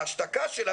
ההשתקה שלה,